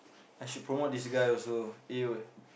I should promote this guy also A Word